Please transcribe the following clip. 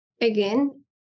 again